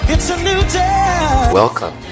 Welcome